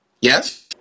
Yes